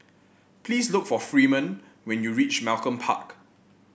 please look for Freeman when you reach Malcolm Park